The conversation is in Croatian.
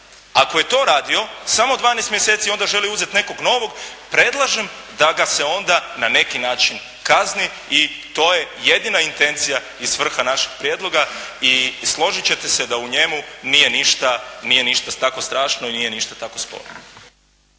ako je to radio samo 12 mjeseci i onda želi uzeti nekog novog, predlažem da ga se onda na neki način kazni i to je jedina intencija i svrha našeg prijedloga i složit ćete se da u njemu nije ništa tako strašno i nije ništa tako sporno.